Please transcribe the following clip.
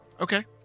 Okay